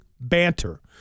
banter